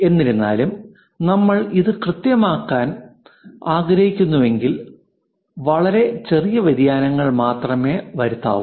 എന്നിരുന്നാലും നമ്മൾ ഇത് കൃത്യമാക്കാൻ ആഗ്രഹിക്കുന്നുവെങ്കിൽ വളരെ ചെറിയ വ്യതിയാനങ്ങൾ മാത്രമേ വരുത്താവൂ